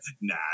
Nah